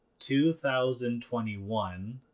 2021